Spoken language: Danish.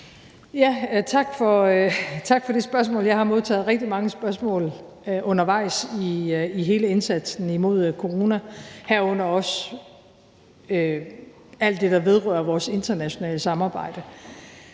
Tak for spørgsmålet. Jeg har modtaget rigtig mange spørgsmål undervejs i hele indsatsen imod corona, herunder også om alt det, der vedrører vores internationale samarbejde.